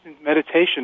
meditation